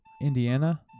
Indiana